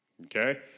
okay